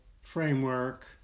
framework